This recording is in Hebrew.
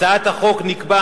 בהצעת החוק נקבע